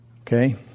Okay